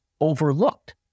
overlooked